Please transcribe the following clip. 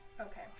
Okay